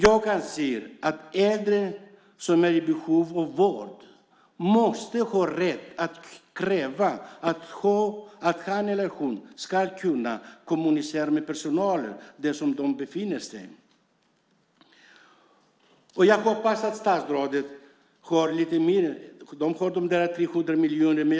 Jag anser att äldre som är i behov av vård måste ha rätt att kräva att de ska kunna kommunicera med personalen där de befinner sig. Statsrådet har de där 300 miljonerna.